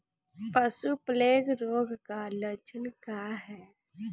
पशु प्लेग रोग के लक्षण का ह?